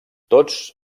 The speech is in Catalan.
tots